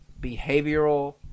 behavioral